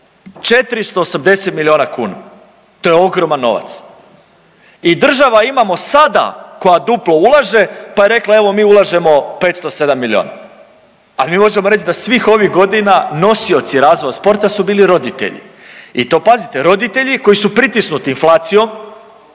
480 miliona kuna. To je ogroman novac. I država imamo sada koja duplo ulaže, pa je rekla evo mi ulažemo 507 miliona, a mi možemo reći da svih ovih godina nosioci razvoja sporta su bili roditelji. I to pazite roditelji koji su pritisnuti inflacijom,